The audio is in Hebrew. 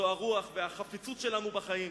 זה הרוח והחפיצות שלנו בחיים.